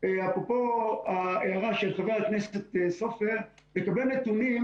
אפרופו ההערה של חבר הכנסת סופר לגבי נתונים